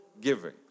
giving